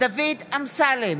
דוד אמסלם,